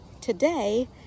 today